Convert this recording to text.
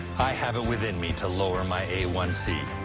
i have it within me to lower my a one c.